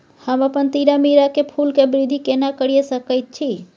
हम अपन तीरामीरा के फूल के वृद्धि केना करिये सकेत छी?